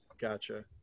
Gotcha